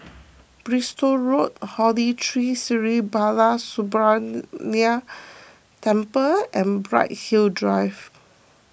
Bristol Road Holy Tree Sri Balasubramaniar Temple and Bright Hill Drive